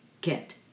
get